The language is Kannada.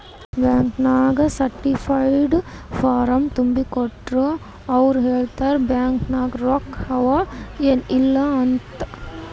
ಬ್ಯಾಂಕ್ ನಾಗ್ ಸರ್ಟಿಫೈಡ್ ಫಾರ್ಮ್ ತುಂಬಿ ಕೊಟ್ಟೂರ್ ಅವ್ರ ಹೇಳ್ತಾರ್ ಬ್ಯಾಂಕ್ ನಾಗ್ ರೊಕ್ಕಾ ಅವಾ ಏನ್ ಇಲ್ಲ ಅಂತ್